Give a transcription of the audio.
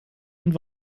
und